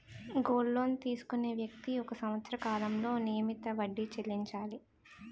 gold loan తీసుకునే వ్యక్తి ఒక సంవత్సర కాలంలో నియమిత వడ్డీ చెల్లించాలి